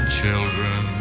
children